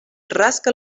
rasca